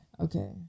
Okay